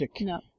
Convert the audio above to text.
No